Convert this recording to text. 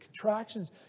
contractions